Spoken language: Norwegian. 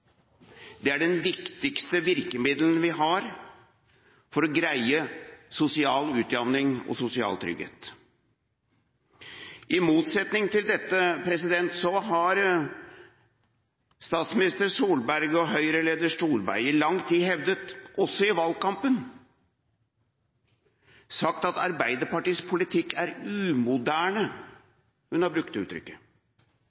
Det er det viktigste virkemiddelet vi har for å greie sosial utjamning og sosial trygghet. I motsetning til dette har statsminister Solberg og høyreleder Solberg i lang tid hevdet, også i valgkampen, at Arbeiderpartiets politikk er